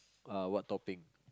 uh what topping